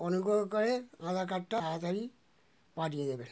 অনুগ্রহ করে আধার কার্ডটা তাড়াতাড়ি পাঠিয়ে দেবেন